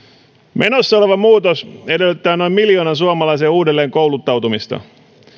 menossa oleva muutos edellyttää noin miljoonan suomalaisen uudelleen kouluttautumista